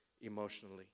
emotionally